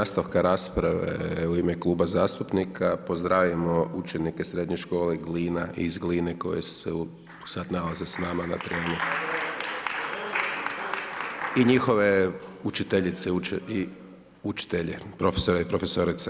Prije nastavka rasprave u ime Kluba zastupnika, pozdravimo učenike srednje škole Glina iz Gline koji se sad nalaze s nama na trijemu i njihove učiteljice i učitelje, profesore i profesorice.